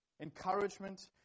encouragement